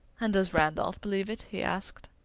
and does randolph believe it? he asked.